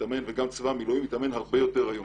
וגם צבא המילואים מתאמנים היום הרבה יותר.